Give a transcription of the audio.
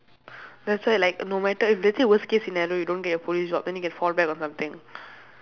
that's why like no matter if let's say worst case scenario you don't get your police job then you can fall back on something